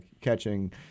catching